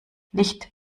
licht